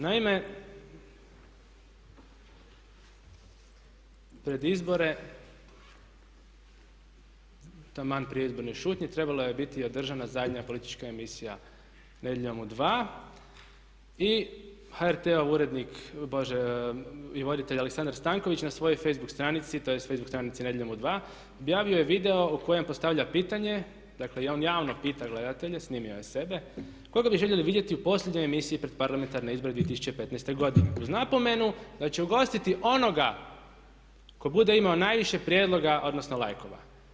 Naime, pred izbore, taman prije izborne šutnje trebala je biti održana zadnja politička emisija Nedjeljom u dva i HRT urednik i voditelj Aleksandar Stanković na svojoj facebook stranici, tj. facebook stranici Nedjeljom u dva objavio je video u kojem postavlja pitanje i dakle on javno pita gledatelje, snimio je sebe, koga bi željeli vidjeti u posljednjoj emisiji pred Parlamentarne izbore 2015.godine? kroz napomenu da će ugostiti onoga tko bude imao najviše prijedloga odnosno lajkova.